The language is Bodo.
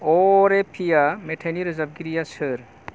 अ' रे पिया मेथाइनि रोजाबगिरिया सोर